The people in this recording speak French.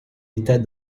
état